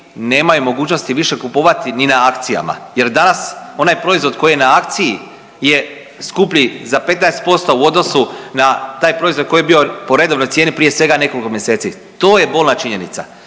nemaju mogućnosti više kupovati ni na akcijama jer danas, onaj proizvod koji je na akciji je skuplji za 15% u odnosu na taj proizvod koji je bio po redovnoj cijeni prije svega nekoliko mjeseci. To je bolna činjenica